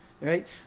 right